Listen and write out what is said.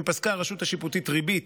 אם פסקה הרשות השיפוטית ריבית,